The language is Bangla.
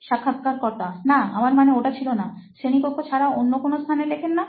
সাক্ষাৎকারকর্তা না আমার মানে ওটা ছিল নাশ্রেণীকক্ষ ছাড়া অন্য কোনো স্থানে লেখেন না